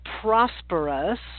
prosperous